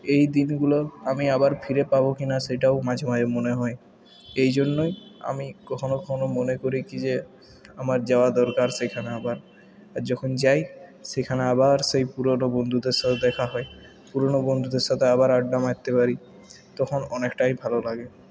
এই দিনগুলো আমি আবার ফিরে পাব কিনা সেটাও মাঝে মাঝে মনে হয় এই জন্যই আমি কখনও কখনও মনে করি কী যে আমার যাওয়া দরকার সেখানে আবার যখন যাই সেখানে আবার সেই পুরোনো বন্ধুদের সাথে দেখা হয় পুরোনো বন্ধুদের সাথে আবার আড্ডা মারতে পারি তখন অনেকটাই ভালো লাগে